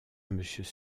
monsieur